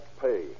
pay